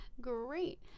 Great